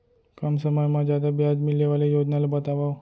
कम समय मा जादा ब्याज मिले वाले योजना ला बतावव